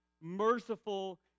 merciful